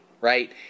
right